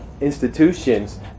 institutions